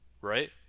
right